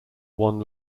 one